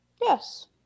yes